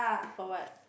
for what